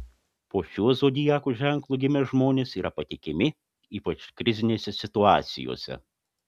po šiuo zodiako ženklu gimę žmonės yra patikimi ypač krizinėse situacijose